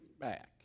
back